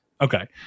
Okay